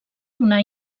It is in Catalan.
d’una